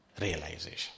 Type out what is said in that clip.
realization